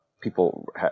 People